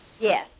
Yes